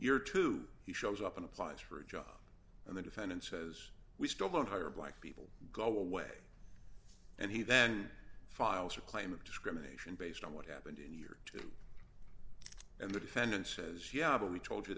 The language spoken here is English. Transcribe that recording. you're too he shows up in applies for a job and the defendant says we still don't hire black people go away and he then files a claim of discrimination based on what happened in you and the defendant says yeah but we told you